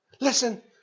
Listen